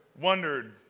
wondered